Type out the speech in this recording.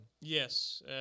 Yes